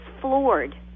floored